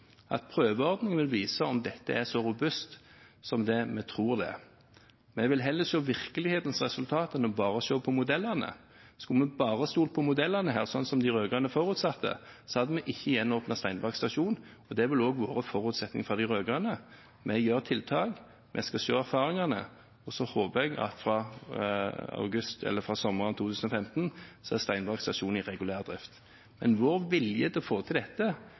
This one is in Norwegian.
at prøveordningen vil vise om dette er så robust som det vi tror det er. Vi vil heller se virkelighetens resultat enn bare å se på modellene. Skulle vi bare stolt på modellene her, sånn som de rød-grønne forutsatte, hadde vi ikke gjenåpnet Steinberg stasjon. Det ville også vært forutsetningen fra de rød-grønne. Vi gjør tiltak, vi skal se erfaringene, og så håper jeg at fra sommeren 2015 er Steinberg stasjon i regulær drift. Men vår vilje til å få til dette